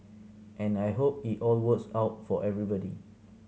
and I hope it all works out for everybody